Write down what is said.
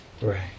Right